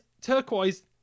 turquoise